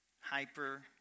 hyper